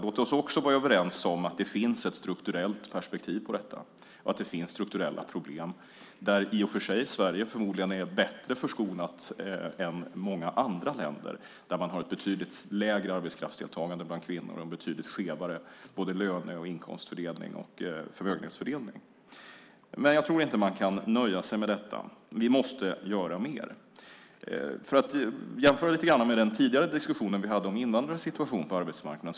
Låt oss också vara överens om att det finns ett strukturellt perspektiv på detta och att det finns strukturella problem, där Sverige i och för sig förmodligen är mer förskonat än många andra länder där man har ett betydligt mindre arbetskraftsdeltagande bland kvinnor och en betydligt skevare löne-, inkomst och förmögenhetsfördelning. Men jag tror inte att man kan nöja sig med detta. Vi måste göra mer. Jag ska jämföra lite grann med den tidigare diskussionen som vi hade om invandrares situation på arbetsmarknaden.